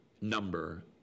number